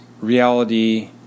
reality